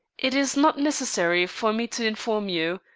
it is not necessary for me to inform you.